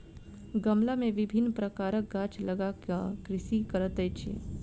गमला मे विभिन्न प्रकारक गाछ लगा क कृषि करैत अछि